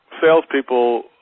salespeople